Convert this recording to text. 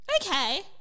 Okay